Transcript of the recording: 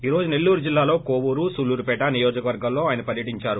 ఈ రోజు నెల్లూరు జొల్లాలోని కోవూరు సుళ్పూరుపేట నియోజికవర్గాల్లో ఆయన పర్యటించారు